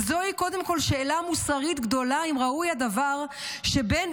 וזוהי קודם כול שאלה מוסרית גדולה אם ראוי הדבר שבן